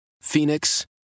Phoenix